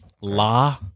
la